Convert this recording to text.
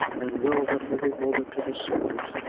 and welled up every moment to the surface,